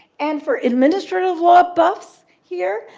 and for administrative law buffs here,